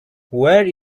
where